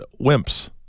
wimps